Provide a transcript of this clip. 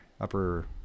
upper